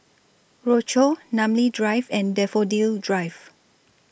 Rochor Namly Drive and Daffodil Drive